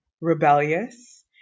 rebellious